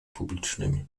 publicznymi